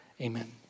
Amen